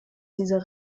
dieser